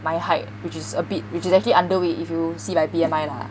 my height which is a bit which is actually underweight if you see my B_M_I lah